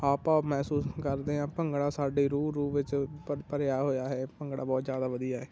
ਹਾਵ ਭਾਵ ਮਹਿਸੂਸ ਕਰਦੇ ਹਾਂ ਭੰਗੜਾ ਸਾਡੀ ਰੂਹ ਰੂਹ ਵਿੱਚ ਭਰ ਭਰਿਆ ਹੋਇਆ ਹੈ ਭੰਗੜਾ ਬਹੁਤ ਜ਼ਿਆਦਾ ਵਧੀਆ ਹੈ